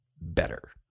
better